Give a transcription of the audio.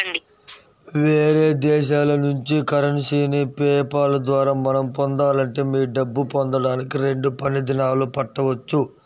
వేరే దేశాల నుంచి కరెన్సీని పే పాల్ ద్వారా మనం పొందాలంటే మీ డబ్బు పొందడానికి రెండు పని దినాలు పట్టవచ్చు